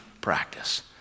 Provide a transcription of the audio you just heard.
practice